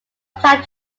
applied